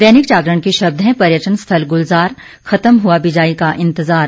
दैनिक जागरण के शब्द हैं पर्यटन स्थल गुलजार खत्म हुआ बिजाई का इंतज़ार